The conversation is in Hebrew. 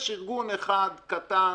יש ארגון אחד, קטן,